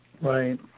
Right